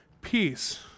peace